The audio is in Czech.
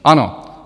Ano.